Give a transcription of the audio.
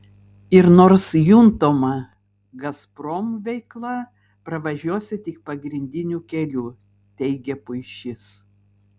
ir nors juntama gazprom veikla pravažiuosi tik pagrindiniu keliu teigė puišys